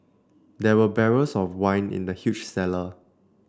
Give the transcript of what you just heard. there were barrels of wine in the huge cellar